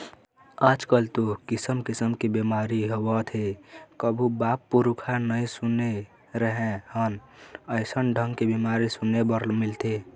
आजकल तो किसम किसम के बेमारी होवत हे कभू बाप पुरूखा नई सुने रहें हन अइसन ढंग के बीमारी सुने बर मिलथे